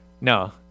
No